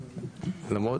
אני מוצא